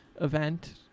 event